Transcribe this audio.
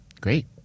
Great